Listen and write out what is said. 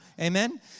amen